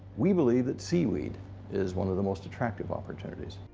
we believe that seaweed is one of the most attractive opportunities.